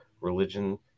religion